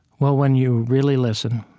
well, when you really listen,